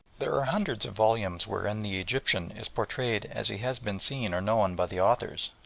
there are hundreds of volumes wherein the egyptian is portrayed as he has been seen or known by the authors,